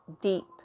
deep